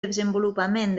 desenvolupament